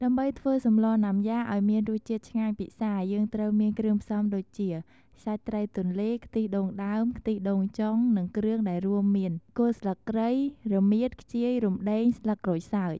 ដើម្បីធ្វើសម្លណាំយ៉ាអោយមានរសជាតិឆ្ងាញ់ពិសារ យើងត្រូវមានគ្រឿងផ្សំដូចជា សាច់ត្រីទន្លេ ខ្ទិះដូងដើម ខ្ទិះដូងចុង និងគ្រឿងដែលរួមមាន គល់ស្លឹកគ្រៃ រមៀត ខ្ជាយ រំដេង ស្លឹកក្រូចសើច។